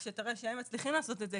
שתראה שהם מצליחים לעשות את זה.